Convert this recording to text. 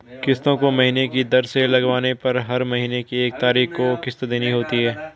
किस्तों को महीने की दर से लगवाने पर हर महीने की एक तारीख को किस्त देनी होती है